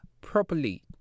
properly